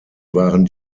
waren